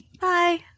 Bye